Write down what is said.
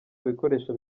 bikoresho